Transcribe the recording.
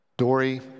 Dory